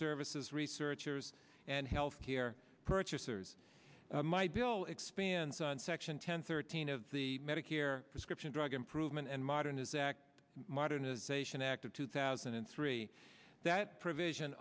services researchers and health care purchasers my bill expands on section ten thirteen of the medicare prescription drug improvement and modern is that modernization act of two thousand and three that provision